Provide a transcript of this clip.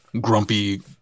Grumpy